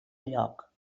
lloc